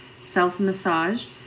self-massage